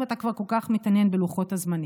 אם אתה כל כך מתעניין בלוחות הזמנים.